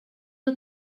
una